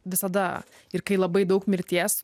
visada ir kai labai daug mirties